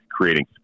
creating